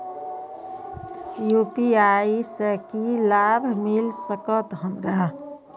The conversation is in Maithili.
यू.पी.आई से की लाभ मिल सकत हमरा?